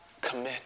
commit